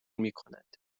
میکند